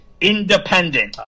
Independent